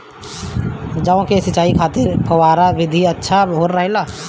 जौ के सिंचाई खातिर फव्वारा विधि अच्छा रहेला?